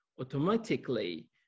automatically